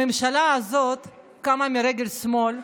הממשלה הזאת קמה ברגל שמאל,